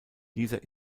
dieser